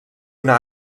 una